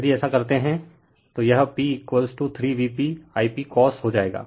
यदि ऐसा करते हैं तो यह p 3VpI p cos हो जाएगा